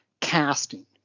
casting